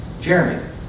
Jeremy